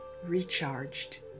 Recharged